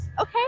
Okay